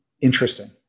interesting